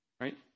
Right